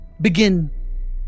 Begin